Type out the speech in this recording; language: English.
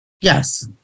Yes